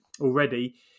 already